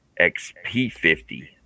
xp50